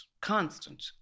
constant